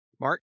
Mark